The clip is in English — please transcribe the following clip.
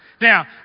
Now